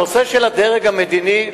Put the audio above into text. הנושא של הדרג המדיני.